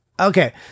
Okay